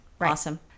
Awesome